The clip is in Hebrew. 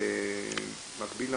מקבולה